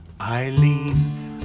Eileen